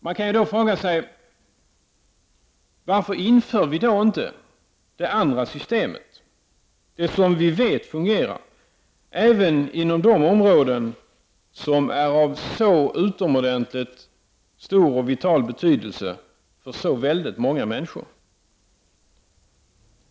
Man kan fråga sig varför vi då inte inför det andra systemet — det som vi vet fungerar — även inom de områden som är av så oerhört stor och vital betydelse för så många människor?